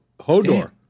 Hodor